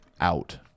out